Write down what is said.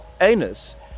anus